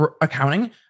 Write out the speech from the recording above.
accounting